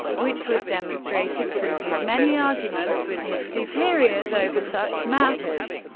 which was demonstrated through his many arguments with his superiors over such matters,